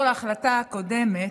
חברת הכנסת עאידה תומא סלימאן,